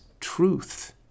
truth